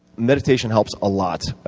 meditation helps a lot.